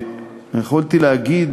יכולתי להגיד